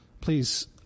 Please